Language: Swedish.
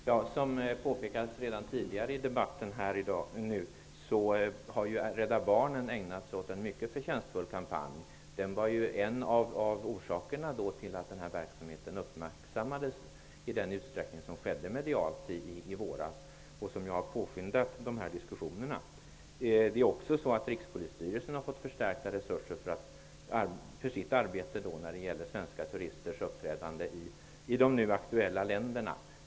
Herr talman! Precis som det har påpekats tidigare i debatten har Rädda barnen ägnat sig åt en mycket förtjänstfull kampanj. Den var en av orsakerna till att denna verksamhet uppmärksammades i den utsträckning som skedde medialt i våras och att diskussionerna har påskyndats. Rikspolisstyrelsen har fått förstärkta resurser för sitt arbete i fråga om svenska turisters uppträdande i de nu aktuella länderna.